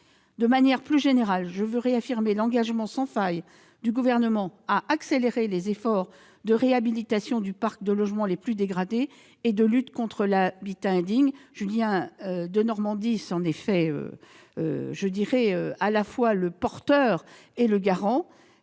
De manière plus générale, je veux réaffirmer l'engagement sans faille du Gouvernement à accélérer les efforts de réhabilitation du parc de logements les plus dégradés et de lutte contre l'habitat indigne. Julien Denormandie en est le garant. En outre, sur ces sujets,